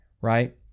right